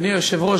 אדוני היושב-ראש,